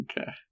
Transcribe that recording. Okay